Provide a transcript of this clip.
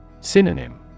Synonym